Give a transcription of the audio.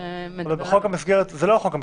המסגרת.